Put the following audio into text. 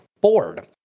bored